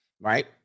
right